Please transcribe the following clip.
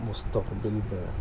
مستقبل میں